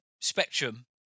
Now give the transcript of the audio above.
spectrum